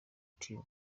team